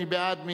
מי בעד?